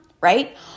right